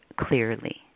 clearly